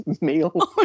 meal